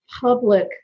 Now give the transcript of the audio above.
public